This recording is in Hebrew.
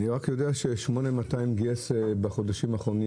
אני רק יודע ש-8,200 גייס בחודשים האחרונים